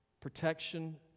Protection